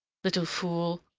little fool,